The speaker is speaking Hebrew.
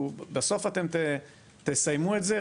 בסוף אתם תסיימו את זה,